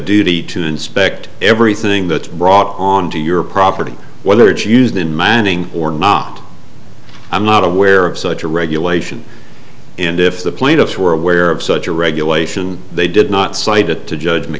duty to inspect every thing that's brought onto your property whether it's used in manning or not i'm not aware of such a regulation and if the plaintiffs were aware of such a regulation they did not cite it to judg